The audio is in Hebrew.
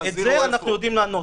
על זה אנחנו יודעים לענות.